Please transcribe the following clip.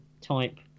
type